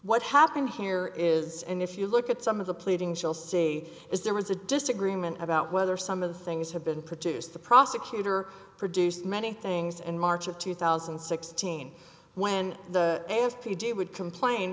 what happened here is and if you look at some of the pleadings you'll see is there was a disagreement about whether some of the things have been produced the prosecutor produced many things in march of two thousand and sixteen when the f p g a would complain